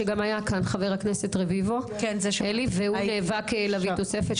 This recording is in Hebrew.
שגם היה כאן חבר הכנסת אלי רביבו והוא נאבק להביא תוספת.